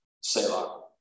Selah